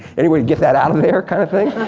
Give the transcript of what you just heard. anyway to get that out of there kind of thing?